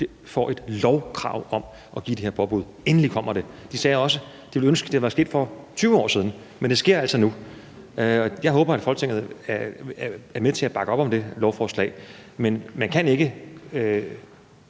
til kommunerne om at give de her påbud, og de sagde også, at de ville ønske, at det var sket for 20 år siden. Men det sker altså nu, og jeg håber, at Folketinget er med til at bakke op om det lovforslag. Men man kan ikke